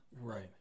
Right